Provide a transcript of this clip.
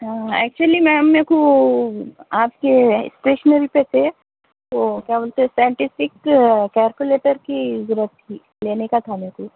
ہاں actually ma'am میرے کو آپ کے اسٹیشنری پہ سے وہ کیا بولتے ٹونٹی سکس کیلکولیٹر کی زیروکس لینے کا تھا میرے کو